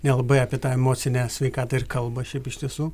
nelabai apie tą emocinę sveikatą ir kalba šiaip iš tiesų